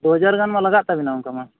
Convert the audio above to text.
ᱫᱩ ᱦᱟᱡᱟᱨᱜᱟᱱ ᱢᱟ ᱞᱟᱜᱟ ᱛᱟᱵᱮᱱᱟ ᱚᱱᱠᱟ ᱢᱟ